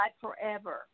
forever